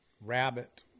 rabbit